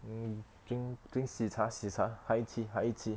um drink drink 喜茶喜茶 high tea high tea